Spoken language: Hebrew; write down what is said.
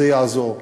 זה יעזור.